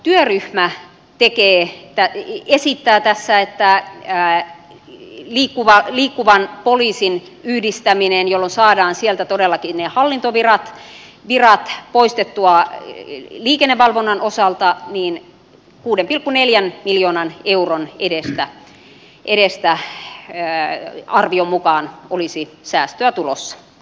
työryhmä esittää tässä että liikkuvan poliisin yhdistämisellä jolloin saadaan sieltä todellakin ne hallintovirat poistettua liikennevalvonnan osalta niin kuuden pilkku neljä miljoonan euron olisi tulossa säästöä arvion mukaan olisi säästää tulos